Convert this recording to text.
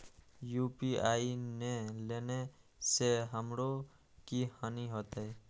UPI ने लेने से हमरो की हानि होते?